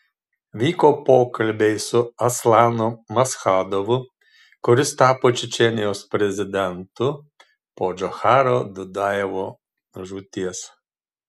vyko pokalbiai su aslanu maschadovu kuris tapo čečėnijos prezidentu po džocharo dudajevo žūties